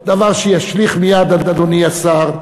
דבר שישליך מייד, אדוני השר,